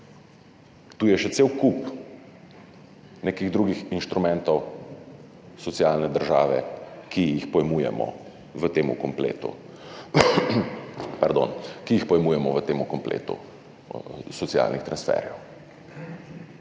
tu je še cel kup nekih drugih instrumentov socialne države, ki jih pojmujemo v tem kompletu socialnih transferjev.